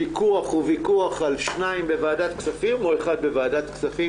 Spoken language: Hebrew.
ויכוח הוא ויכוח על שניים בוועדת כספים או אחד בוועדת כספים,